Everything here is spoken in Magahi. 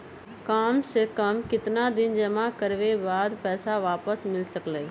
काम से कम केतना दिन जमा करें बे बाद पैसा वापस मिल सकेला?